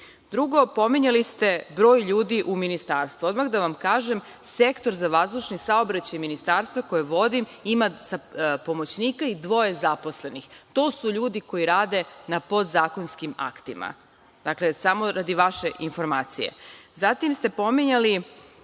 spominjali ste broj ljudi u ministarstvu. Odmah da vam kažem, Sektor za vazdušni saobraćaj koji vodim ima pomoćnika i dvoje zaposlenih. To su ljudi koji rade na podzakonskim aktima. Dakle, samo radi vaše informacije. Zatim ste spominjali